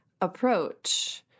approach